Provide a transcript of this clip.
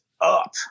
up